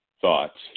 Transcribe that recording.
thoughts